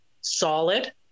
solid